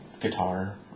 guitar